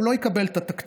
הוא לא יקבל את התקציב,